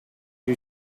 you